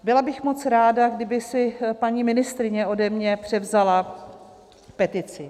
Byla bych moc ráda, kdyby si paní ministryně ode mě převzala petici.